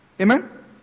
Amen